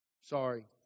Sorry